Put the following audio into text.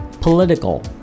political